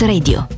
Radio